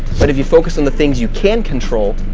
but if you focus on the things you can control,